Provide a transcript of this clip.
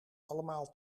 allemaal